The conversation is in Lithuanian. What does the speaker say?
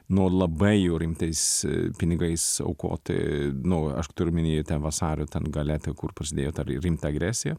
nu labai jau rimtais pinigais aukoti nu aš turiu omeny ten vasario gale ten kur pasidėjo ta ri rimta agresija